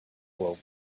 world